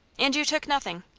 and you took nothing?